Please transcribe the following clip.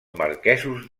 marquesos